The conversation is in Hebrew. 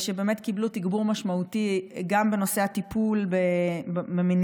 שבאמת קיבלו תגבור משמעותי גם בנושא הטיפול במניעה,